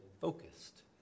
focused